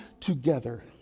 together